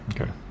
Okay